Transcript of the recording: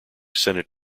senate